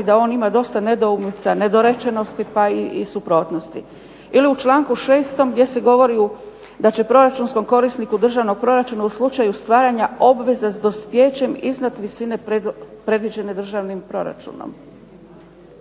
i da on ima dosta nedoumica, nedorečenosti pa i u suprotnosti. Ili u članku 6. gdje se govori da će proračunskom korisniku državnog proračuna u slučaju stvaranja obveza s dospijećem iznad visine predviđene državnim proračunom.